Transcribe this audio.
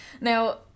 Now